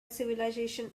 civilization